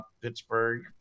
Pittsburgh